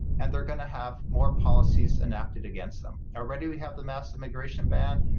and they're going to have more policies enacted against them. already we have the mass immigration ban,